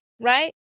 right